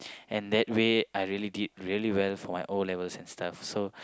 and that way I really did really well for my O-levels and stuff so